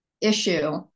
issue